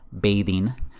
bathing